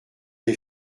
les